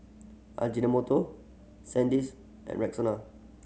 Ajinomoto Sandisk and Rexona